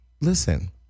Listen